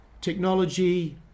Technology